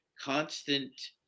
constant